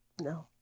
No